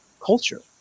culture